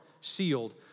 sealed